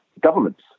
governments